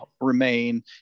remain